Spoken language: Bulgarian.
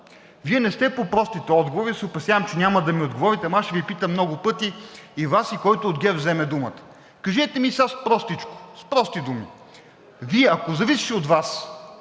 Вие не сте по простите отговори и се опасявам, че няма да ми отговорите, ама аз ще Ви питам много пъти и Вас, и който от ГЕРБ вземе думата. Кажете ми сега простичко, с прости думи: Вие, ако зависеше от Вас,